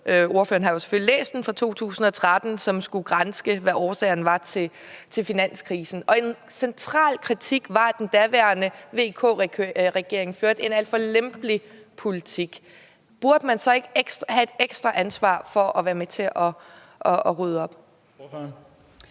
ordføreren har jo selvfølgelig læst den – og her var en central kritik, at den daværende VK-regering førte en alt for lempelig politik. Burde man så ikke have et ekstra ansvar for at være med til at rydde op? Kl.